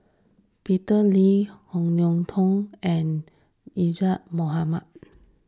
Peter Lee Ong Tiong and Azura Mokhtar